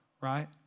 Right